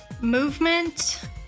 Movement